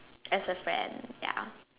as a friend ya